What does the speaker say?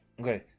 Okay